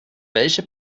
welche